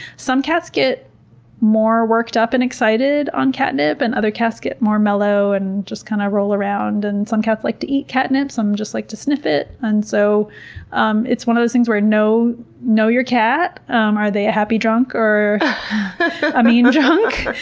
some cats get more worked up and excited on catnip and other cats get more mellow and just, kind of, roll around. and some cats like to eat catnip. some just like to sniff it. and so um it's one of those things where, know know your cat um are they a happy drunk or a mean you know drunk?